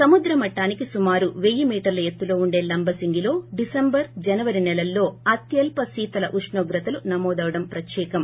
సముద్రమట్లానికి సుమారు పెయ్యి మీటర్ల ఎత్తులో ఉండే లంబసింగిలో డిసెంబరు జనవరి సెలల్లో అత్యల్ప శీతల ఉష్ణోగ్రతలు నమోదవడం ప్రత్యేకం